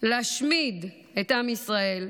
ולהשמיד את עם ישראל,